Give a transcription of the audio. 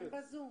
הם ב-זום.